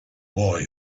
boy